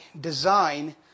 design